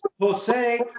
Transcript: Jose